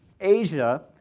Asia